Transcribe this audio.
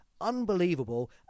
Unbelievable